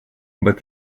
but